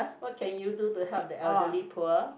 what can you do to help the elderly poor